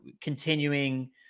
continuing